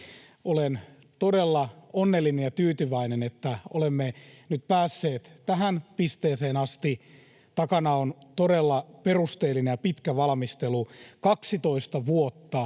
Olen todella onnellinen ja tyytyväinen, että olemme nyt päässeet tähän pisteeseen asti. Takana on todella perusteellinen ja pitkä valmistelu: 12 vuotta